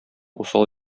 усал